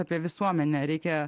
apie visuomenę reikia